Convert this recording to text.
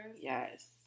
Yes